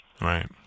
Right